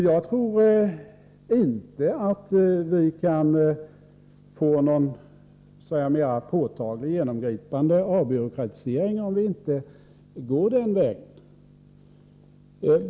Jag tror inte att vi kan få någon påtaglig och mera genomgripande avbyråkratisering om vi inte går den vägen.